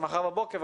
מחר בבוקר,